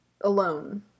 alone